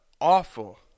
awful